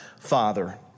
Father